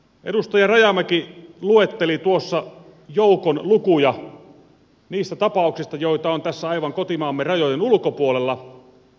edustaja rajamäki luetteli joukon lukuja niistä tapauksista joita on tässä aivan kotimaamme rajojen ulkopuolella